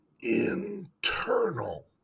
internal